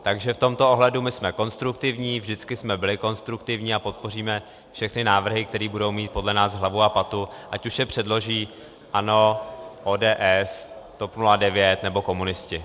Takže v tomto ohledu my jsme konstruktivní, vždycky jsme byli konstruktivní a podpoříme všechny návrhy, které budou mít podle nás hlavu a patu, ať už je předloží ANO, ODS, TOP 09 nebo komunisti.